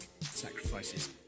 Sacrifices